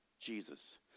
Jesus